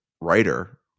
writer